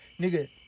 nigga